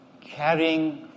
carrying